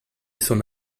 soon